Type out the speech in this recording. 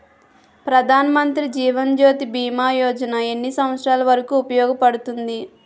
ప్రధాన్ మంత్రి జీవన్ జ్యోతి భీమా యోజన ఎన్ని సంవత్సారాలు వరకు ఉపయోగపడుతుంది?